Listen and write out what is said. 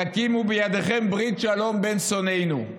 תקימו בידיכם ברית שלום בין שונאינו,